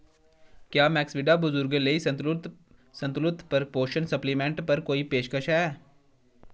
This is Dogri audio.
क्या मैक्सविडा बजुर्गें लेई संतुलत संतुलत पर पोशन सप्लीमैंट्ट पर कोई पेशकश है